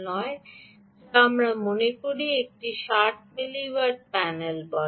না আমি মনে করি এটি 600 মিলিওয়াট প্যানেল বলে